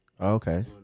Okay